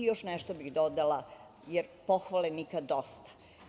Još nešto bih dodala, jer pohvale nikad dosta.